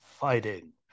fighting